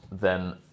then-